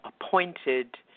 appointed